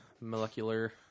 molecular